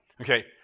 Okay